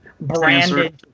branded